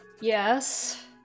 Yes